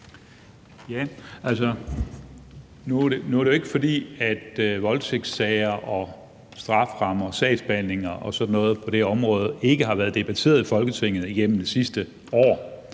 Nu er det jo ikke, fordi voldtægtssager og strafferammer og sagsbehandlingerne og sådan noget på det område ikke har været debatteret i Folketinget igennem de sidste år.